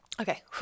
Okay